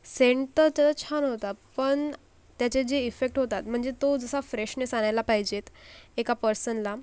Saint तर त्याचा छान होता पण त्याचे जे इफेक्ट होतात म्हणजे तो जसा फ्रेशनेस आणायला पाहिजेत एका पर्सनला